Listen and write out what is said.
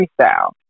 freestyle